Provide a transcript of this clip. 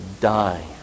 die